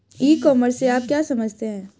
ई commerce से आप क्या समझते हैं?